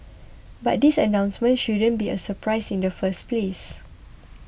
but this announcement shouldn't be a surprise in the first place